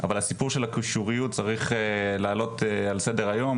אבל הסיפור של הקישוריות צריך לעלות על סדר היום,